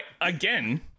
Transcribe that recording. Again